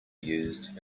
used